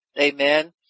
Amen